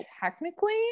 technically